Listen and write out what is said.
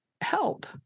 help